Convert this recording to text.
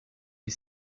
les